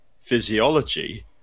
physiology